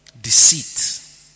Deceit